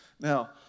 Now